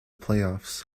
playoffs